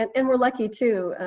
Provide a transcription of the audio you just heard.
and and we're lucky too,